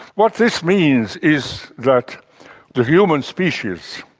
what this means is that the human species,